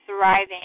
thriving